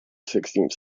sixteenth